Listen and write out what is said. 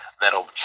that'll